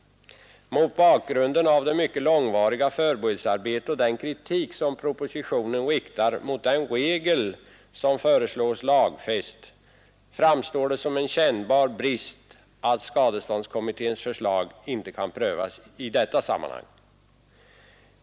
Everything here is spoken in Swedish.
Mot bakgrunden av det mycket långvariga förberedelsearbetet och den kritik som propositionen riktar mot den regel som föreslås lagfäst framstår det som en kännbar brist att skadeståndskommitténs förslag inte kan prövas i detta sammanhang.